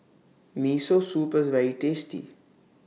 Miso Soup IS very tasty